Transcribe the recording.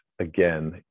again